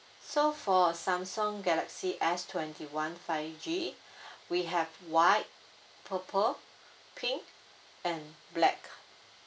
so for samsung galaxy S twenty one five G we have white purple pink and black